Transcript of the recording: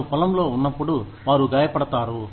వారు పొలంలో ఉన్నప్పుడు వారు గాయపడతారు